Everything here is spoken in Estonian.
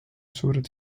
suured